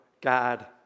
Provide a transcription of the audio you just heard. God